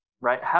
right